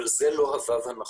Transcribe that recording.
אבל לא זה הוו הנכון,